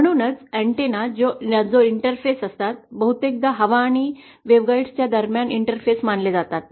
म्हणूनच एंटेना जे इंटरफेस असतात बहुतेकदा हवा आणि वेव्हगॉइड दरम्यान इंटरफेस मानले जातात